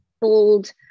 bold